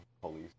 police